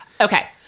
Okay